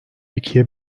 ikiye